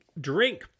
Drink